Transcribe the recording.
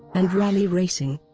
and rally racing.